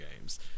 games